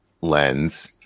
lens